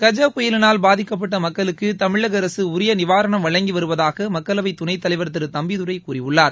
கஜ புயலினால் பாதிக்கப்பட்ட மக்களுக்கு தமிழக அரசு உரிய நிவாரணம் வழங்கி வருவதாக மக்களவைத் துணைத்தலைவர் திரு தம்பிதுரை கூறியுள்ளார்